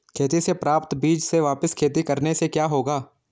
खेती से प्राप्त बीज से वापिस खेती करने से क्या होगा?